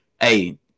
hey